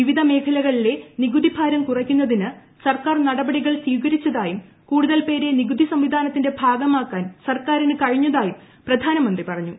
വിവിധ മേഖലകളിലെ നികുതി ഭാരം കുറയ്ക്കുന്നതിന് സർക്കാർ നടപടികൾ സ്വീകരിച്ചതായും കൂടുതൽ പേരെ നികുതി സംവിധാനത്തിന്റെ ഭാഗമാകാൻ സർക്കാരിന് കഴിഞ്ഞതായും പ്രധാനമന്ത്രി പറഞ്ഞു